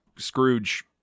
Scrooge